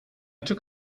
took